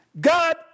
God